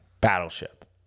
Battleship